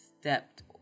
stepped